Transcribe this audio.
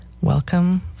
welcome